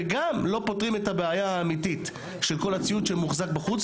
וגם לא פותרים את הבעיה האמיתית של כל הציוד שמוחזק בחוץ,